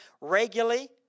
regularly